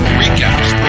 recaps